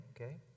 okay